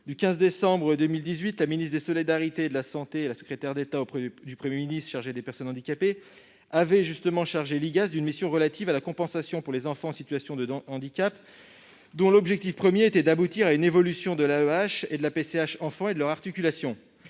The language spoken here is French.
du 15 décembre 2018, la ministre des solidarités et de la santé et la secrétaire d'État auprès du Premier ministre chargée des personnes handicapées avaient chargé l'IGAS d'une mission relative à la compensation pour les enfants en situation de handicap, dont l'objectif premier était d'aboutir à une « évolution de l'AEEH et de la PCH Enfant et de leur articulation